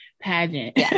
pageant